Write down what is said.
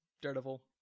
Daredevil